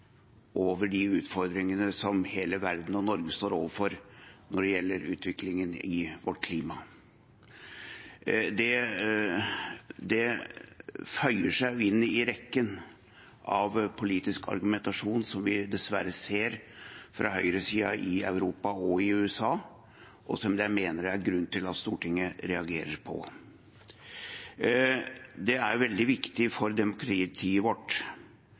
over de utfordringene hele verden og Norge står overfor når det gjelder utviklingen i vårt klima. Det føyer seg inn i rekken av politisk argumentasjon som vi dessverre ser fra høyresiden i Europa og i USA, og som jeg mener det er grunn til at Stortinget reagerer på. Det er veldig viktig for demokratiet vårt